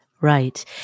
Right